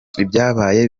ibyabaye